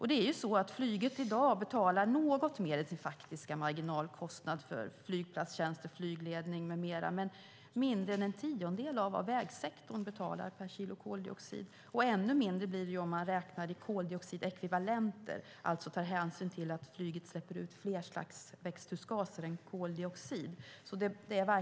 I dag betalar flyget något mer till faktiska marginalkostnader för flygplatstjänster och flygledning med mera, men mindre än en tiondel av vad vägsektorn betalar per kilo koldioxid. Ännu mindre blir det om man räknar i koldioxidekvivalenter, alltså tar hänsyn till att flyget släpper ut flera slag av växthusgaser än koldioxid.